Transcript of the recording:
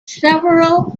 several